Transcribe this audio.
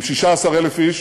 עם 16,000 איש